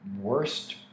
worst